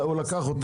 הוא לקח אותה.